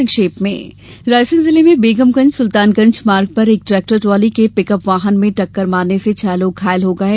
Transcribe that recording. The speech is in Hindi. संक्षिप्त समाचार रायसेन जिले में बेगमगंज सुल्तानगंज मार्ग पर एक ट्रेक्टर ट्राली के पिक अप वाहन में टक्कर मारने से छह लोग घायल हो गये